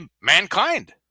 mankind